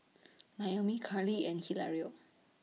Naomi Carlee and Hilario